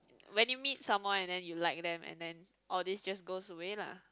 when you meet someone and then you like them and then all this just goes away lah